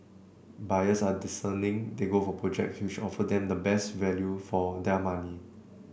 buyers are discerning they go for project which offer them the best value for their money